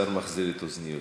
השר מחזיר את אוזניותיו.